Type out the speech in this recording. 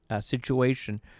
situation